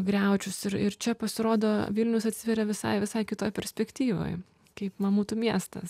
griaučius ir ir čia pasirodo vilnius atsiveria visai visai kitoj perspektyvoj kaip mamutų miestas